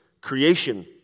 creation